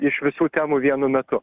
iš visų temų vienu metu